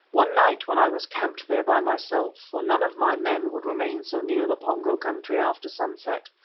one night when i was camped there by myself, for none of my men would remain so near the pongo country after sunset,